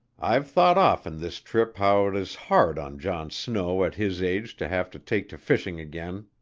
i've thought often this trip how tis hard on john snow at his age to have to take to fishing again.